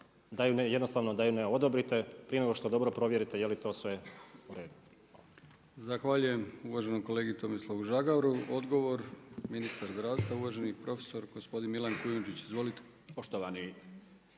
jednostavno da ju ne odobrite, prije nego što dobro provjerite je li to sve u redu. Hvala. **Brkić, Milijan (HDZ)** Zahvaljujem uvaženom kolegi Tomislavu Žagaru. Odgovor ministar zdravstva uvaženi profesor gospodin Milan Kujundžić. Izvolite.